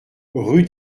rue